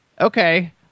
Okay